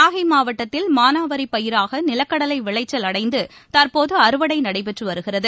நாகைமாவட்டத்தில் மானாவாரிபயிராகநிலக்கடலைவிளைச்சல் அடைந்துதற்போதுஅறுவடைநடைபெற்றுவருகிறது